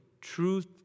Truth